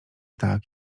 tak